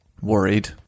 worried